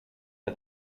for